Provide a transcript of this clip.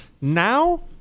Now